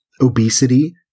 obesity